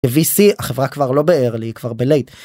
vc החברה כבר לא בEARLY הוא כבר בLATE.